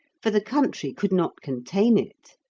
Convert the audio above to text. for the country could not contain it.